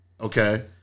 Okay